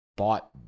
Bought